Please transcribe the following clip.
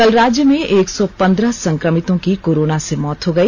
कल राज्य में एक सौ पन्द्रह संक्रमितों की कोरोना से मौत हो गई